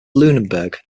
lunenburg